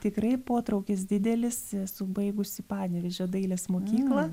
tikrai potraukis didelis esu baigusi panevėžio dailės mokyklą